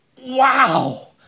wow